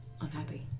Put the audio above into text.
unhappy